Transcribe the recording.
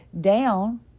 down